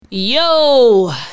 Yo